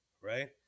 right